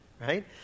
right